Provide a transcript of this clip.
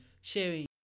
sharing